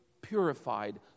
purified